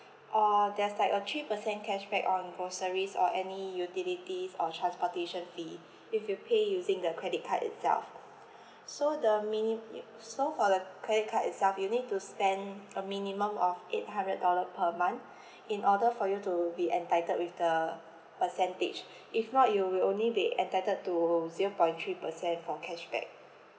uh there's like a three percent cashback on groceries or any utilities or transportation fee if you pay using the credit card itself so the mini~ you so for the credit card itself you need to spend a minimum of eight hundred dollar per month in order for you to be entitled with the percentage if not you will only be entitled to zero point three percent for cashback